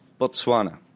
Botswana